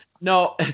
No